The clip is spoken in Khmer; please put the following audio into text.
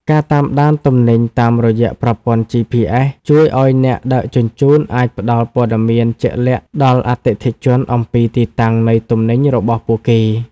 ការតាមដានទំនិញតាមរយៈប្រព័ន្ធ GPS ជួយឱ្យអ្នកដឹកជញ្ជូនអាចផ្តល់ព័ត៌មានជាក់លាក់ដល់អតិថិជនអំពីទីតាំងនៃទំនិញរបស់ពួកគេ។